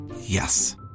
Yes